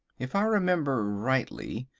if i remember rightly,